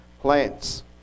plants